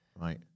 Right